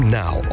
now